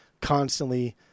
constantly